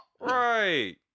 Right